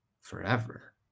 forever